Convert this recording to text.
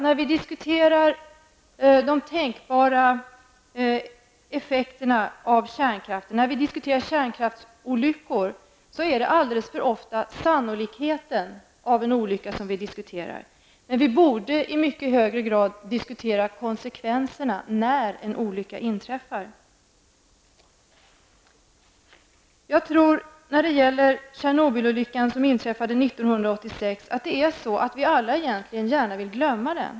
När vi diskuterar de tänkbara effekterna av kärnkraft och kärnkraftsolyckor är det alldeles för ofta sannolikheten för en olycka som diskuteras. Men vi borde i mycket högre grad diskutera konsekvenserna av en olycka. Kärnkraftsolyckan i Tjernobyl inträffade 1986. Jag tror att vi alla egentligen vill glömma den.